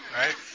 Right